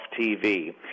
TV